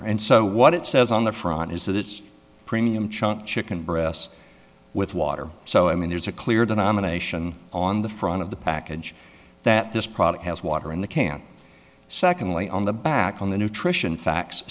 honor and so what it says on the front is that it's premium channel chicken breasts with water so i mean there's a clear the nomination on the front of the package that this product has water in the can secondly on the back on the nutrition facts